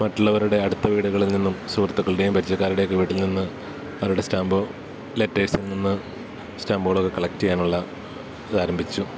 മറ്റുള്ളവരുടെ അടുത്ത വീടുകളിൽ നിന്നും സുഹൃത്തുക്കളുടെയും പരിചയക്കാരുടെയൊക്കെ വീട്ടിൽനിന്ന് അവരുടെ സ്റ്റാമ്പോ ലെറ്റേഴ്സിൽ നിന്ന് സ്റ്റാമ്പുകളൊക്കെ കളക്റ്റെയ്യാനുള്ള ഇതാരംഭിച്ചു